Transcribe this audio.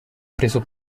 preso